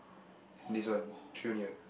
and this one three only what